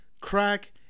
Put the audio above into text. Crack